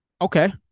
Okay